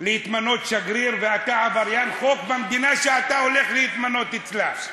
להתמנות לשגריר ואתה עבריין חוק במדינה שאתה הולך להתמנות אצלה.